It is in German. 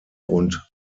und